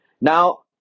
Now